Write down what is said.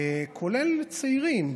כולל צעירים,